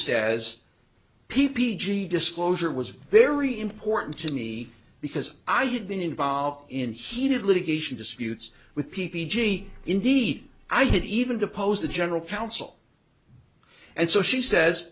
says p p g disclosure was very important to me because i had been involved in heated litigation disputes with p p g indeed i could even depose the general counsel and so she says